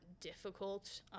difficult